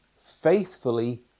faithfully